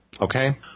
Okay